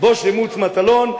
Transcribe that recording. משה מטלון,